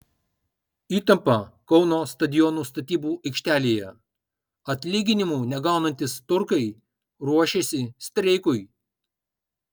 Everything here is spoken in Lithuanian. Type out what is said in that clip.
įtampa kauno stadiono statybų aikštelėje atlyginimų negaunantys turkai ruošiasi streikui